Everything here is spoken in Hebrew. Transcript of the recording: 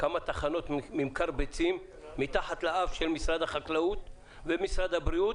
כמה תחנות ממכר ביצים מתחת לאף של משרד החקלאות ומשרד הבריאות,